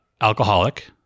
alcoholic